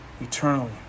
eternally